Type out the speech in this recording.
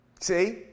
See